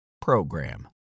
program